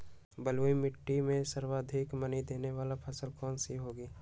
बलुई मिट्टी में सर्वाधिक मनी देने वाली फसल कौन सी होंगी?